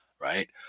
right